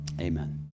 Amen